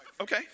Okay